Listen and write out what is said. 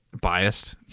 biased